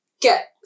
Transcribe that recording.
get